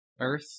Earth